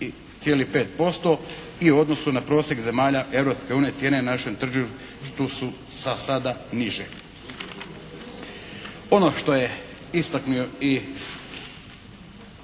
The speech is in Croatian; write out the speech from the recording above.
u odnosu na prosjek zemalja Europske unije cijene na našem tržištu su za sada niže. Ono što je istaknuo i